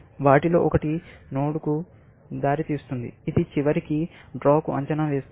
వాటిలో ఒకటి నోడ్కు దారితీస్తుంది ఇది చివరికి డ్రాకు అంచనా వేస్తుంది